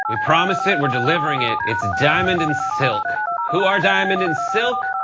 we promised it, we are delivering it, it's diamond and silk. who are diamond and silk?